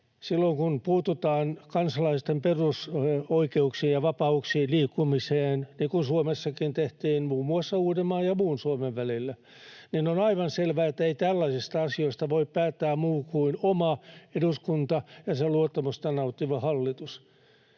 Silloin kun puututaan kansalaisten perusoikeuksiin ja vapauksiin, liikkumiseen, niin kuin Suomessakin tehtiin muun muassa Uudenmaan ja muun Suomen välillä, niin on aivan selvää, että ei tällaisista asioista voi päättää muu kuin oma eduskunta ja sen luottamusta nauttiva hallitus.